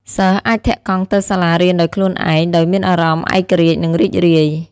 សិស្សអាចធាក់កង់ទៅសាលារៀនដោយខ្លួនឯងដោយមានអារម្មណ៍ឯករាជ្យនិងរីករាយ។